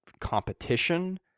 competition